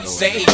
say